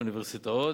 אוניברסיטאות,